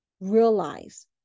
realize